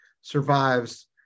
survives